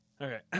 Okay